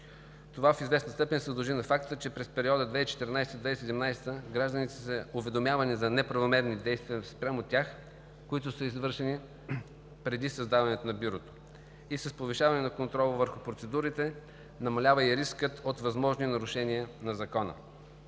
Това в известна степен се дължи на факта, че през периода 2014 – 2017 г. гражданите са уведомявани за неправомерни действия спрямо тях, които са извършени преди създаването на Бюрото. С повишаване на контрола върху процедурите намалява и рискът от възможни нарушения на Закона.